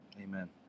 Amen